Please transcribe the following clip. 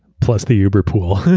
plus the uber pool.